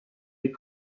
lès